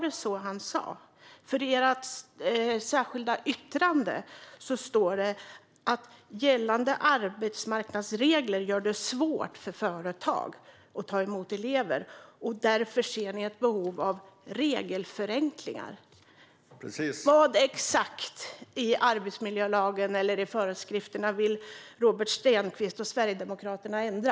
Men i ert särskilda yttrande står det att gällande arbetsmarknadsregler gör det svårt för företag att ta emot elever och att ni därför ser ett behov av regelförenklingar. : Precis.) Vad exakt i arbetsmiljölagen eller föreskrifterna vill Robert Stenkvist och Sverigedemokraterna ändra?